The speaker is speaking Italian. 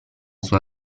sua